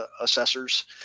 assessors